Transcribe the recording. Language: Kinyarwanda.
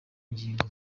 ngingo